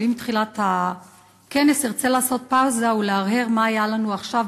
אבל עם תחילת הכנסת ארצה לעשות פאוזה ולהרהר מה היה לנו עכשיו,